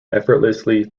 effortlessly